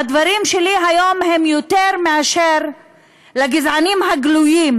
והדברים שלי היום הם יותר מאשר לגזענים הגלויים,